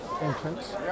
entrance